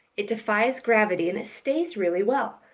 it defies gravity and it stays really well.